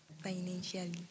financially